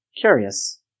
Curious